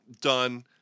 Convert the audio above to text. done